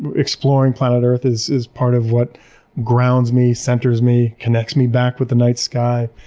exploring planet earth is is part of what grounds me, centers me, connects me back with the night sky,